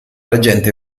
reggente